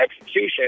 execution